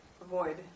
avoid